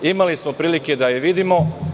Imali smo prilike da je vidimo.